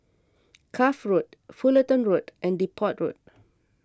Cuff Road Fullerton Road and Depot Walk